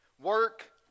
work